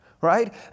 Right